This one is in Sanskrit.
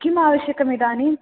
किम् आवश्यकम् इदानीम्